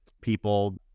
people